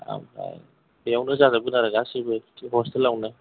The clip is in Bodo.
ओमफ्राय बेयावनो जाजोबगोन आरो गासैबो हस्टेलावनो